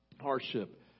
hardship